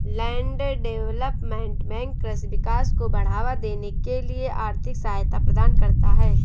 land development bank कृषि विकास को बढ़ावा देने के लिए आर्थिक सहायता प्रदान करता है